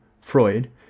Freud